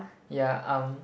yeah um